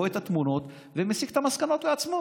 רואה את התמונות ומסיק את המסקנות לעצמו,